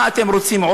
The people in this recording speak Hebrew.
מה אתם רוצים,